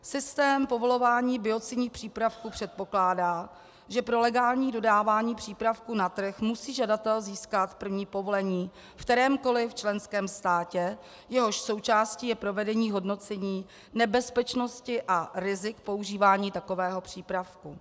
Systém povolování biocidních přípravků předpokládá, že pro legální dodávání přípravku na trh musí žadatel získat první povolení ve kterémkoli členském státě, jehož součástí je provedení hodnocení nebezpečnosti a rizik používání takového přípravku.